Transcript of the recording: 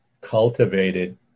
cultivated